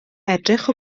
edrych